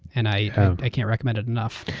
and i i can't recommend it enough.